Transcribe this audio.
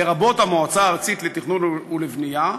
לרבות המועצה הארצית לתכנון ולבנייה,